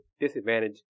disadvantage